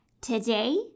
today